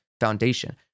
foundation